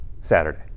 saturday